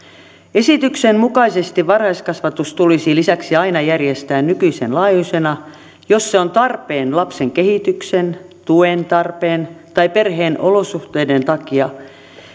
esityksen mukaisesti varhaiskasvatus tulisi lisäksi aina järjestää nykyisen laajuisena jos se on tarpeen lapsen kehityksen tuen tarpeen tai perheen olosuhteiden takia